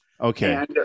Okay